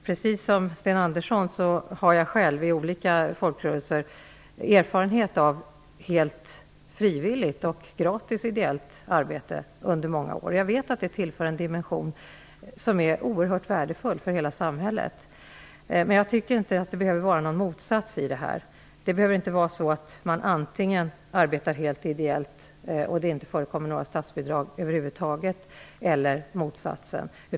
Precis som Sten Andersson har jag själv från olika folkrörelser många års erfarenhet av helt frivilligt och gratis ideellt arbete. Jag vet att detta tillför en dimension som är oerhört värdefull för hela samhället. Jag tycker emellertid inte att det behöver finnas någon motsats i det här, det behöver inte vara så att man antingen arbetar helt ideellt, och det inte förekommer några statsbidrag över huvud taget, eller motsatsen.